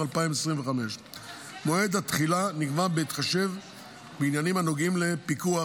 2025. מועד התחילה נקבע בהתחשב בעניינים הנוגעים לפיקוח,